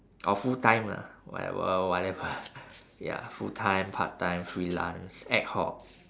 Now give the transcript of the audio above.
or full time lah whatever whatever ya full time part time freelance ad hoc